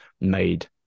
made